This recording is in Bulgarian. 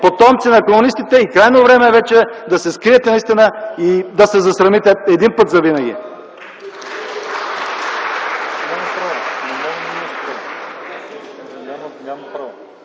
потомци на комунистите, е крайно време вече да се скриете наистина и да се засрамите един път завинаги!